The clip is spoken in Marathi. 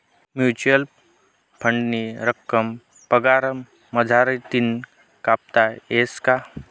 म्युच्युअल फंडनी रक्कम पगार मझारतीन कापता येस का?